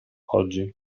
oggi